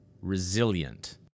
resilient